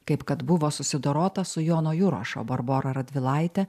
kaip kad buvo susidorota su jono jurašo barbora radvilaite